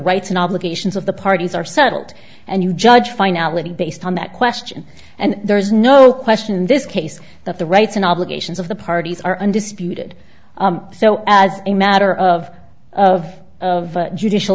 rights and obligations of the parties are settled and you judge finality based on that question and there's no question in this case that the rights and obligations of the parties are undisputed so as a matter of of of judicial